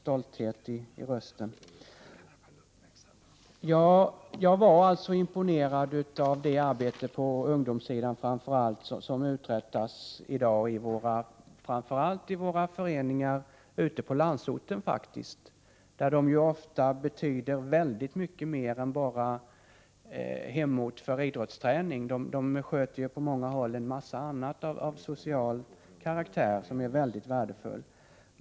Ja, jag var imponerad över det arbete på ungdomssidan som uträttas i föreningarna, faktiskt framför allt ute i landsorten, där de ofta betyder väldigt mycket mer än bara idrottsaktiviteter — de sköter på många håll också en massa annat av social karaktär, som är oerhört värdefullt.